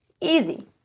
Easy